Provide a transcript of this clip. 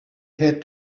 had